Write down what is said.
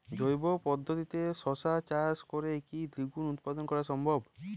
জৈব পদ্ধতিতে শশা চাষ করে কি দ্বিগুণ উৎপাদন করা সম্ভব?